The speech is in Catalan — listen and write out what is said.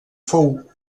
fou